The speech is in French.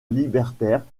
libertaire